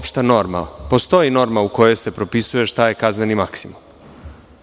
Postoji norma u kojoj se propisuje šta je kazneni maksimum.